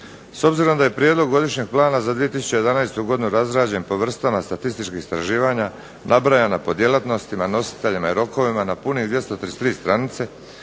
S obzirom da je prijedlog godišnjeg plana za 2011. godinu razrađen po vrstama statističkih istraživanja nabrajana po djelatnostima, rokovima i nositeljima na pune 233 stranice